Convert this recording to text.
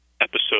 episode